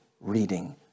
reading